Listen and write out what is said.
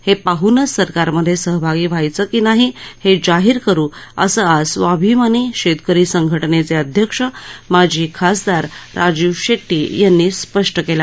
हे पाहनच सरकारमध्ये सहभागी व्हायचं की नाही हे जाहीर करू असं आज स्वाभिमानी शेतकरी संघटनेचे अध्यक्ष माजी खासदार राजू शेट्टी यांनी स्पष्ट केलं